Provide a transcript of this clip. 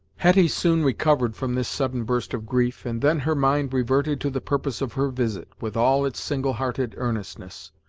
hetty soon recovered from this sudden burst of grief, and then her mind reverted to the purpose of her visit, with all its single-hearted earnestness.